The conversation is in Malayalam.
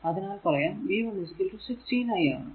അതിനാൽ പറയാം v 1 16 i ആണ്